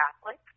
Catholic